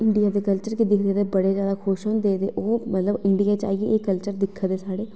India दा culture दिक्खी ओह् बड़े खुश होंदे ते इंड़िया च आइयै एह् कल्चर दिक्खदे साढ़े